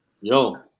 Yo